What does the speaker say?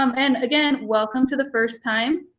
um and again, welcome to the first time